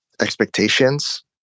expectations